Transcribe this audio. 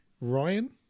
Ryan